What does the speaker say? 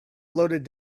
loaded